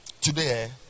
Today